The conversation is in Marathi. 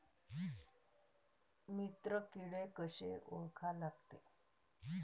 मित्र किडे कशे ओळखा लागते?